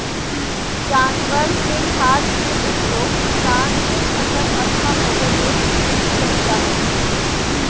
जानवर के खाद के उपयोग किसान के फसल अच्छा होबै ले भी कइल जा हइ